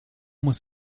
muss